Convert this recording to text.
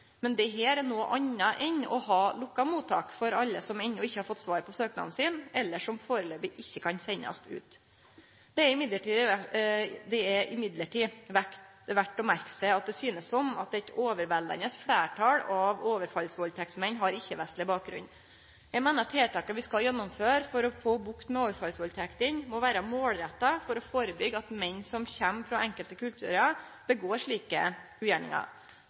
Men dette er noko anna enn å ha lukka mottak for alle som enno ikkje har fått svar på søknaden sin, eller som førebels ikkje kan sendast ut. Det er likevel verdt å merke seg at det synest som at eit overveldande fleirtal av overfallsvaldtektsmenn har ikkje-vestleg bakgrunn. Eg meiner at tiltaka vi skal gjennomføre for å få bukt med overfallsvaldtektene, må vere målretta for å førebyggje at menn som kjem frå enkelte kulturar, gjer slike ugjerningar.